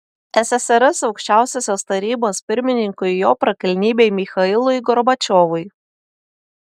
ssrs aukščiausiosios tarybos pirmininkui jo prakilnybei michailui gorbačiovui